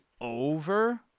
over